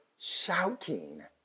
shouting